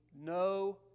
no